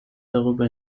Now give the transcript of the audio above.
darüber